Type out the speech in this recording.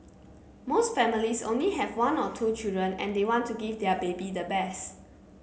most families only have one or two children and they want to give their baby the best